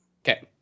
Okay